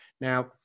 now